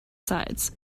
sides